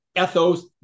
ethos